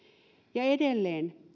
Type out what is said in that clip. ja edelleen